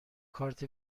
کارت